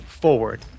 forward